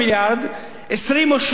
20 או 30 מיליארד.